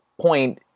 point